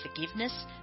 forgiveness